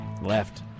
Left